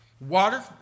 Water